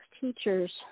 teachers